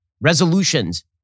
resolutions